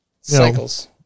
Cycles